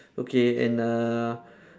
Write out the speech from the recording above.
okay and uh